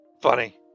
Funny